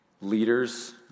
Leaders